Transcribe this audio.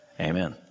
Amen